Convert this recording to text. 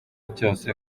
cyose